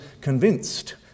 convinced